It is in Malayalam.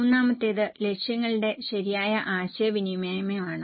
മൂന്നാമത്തേത് ലക്ഷ്യങ്ങളുടെ ശരിയായ ആശയവിനിമയമാണ്